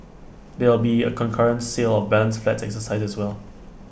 there'll be A concurrent sale of balance flats exercise as well